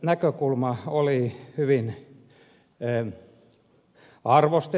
näkökulma oli hyvin arvostettava